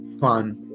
fun